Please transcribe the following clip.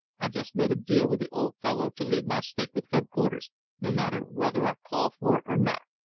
i just made a deal with the old fellow to leave my stake with headquarters no matter whether i call for it or not.